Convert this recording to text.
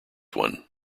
one